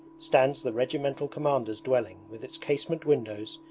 stands the regimental commander's dwelling with its casement windows,